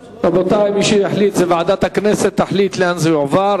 רבותי, ועדת הכנסת תחליט לאן זה יועבר.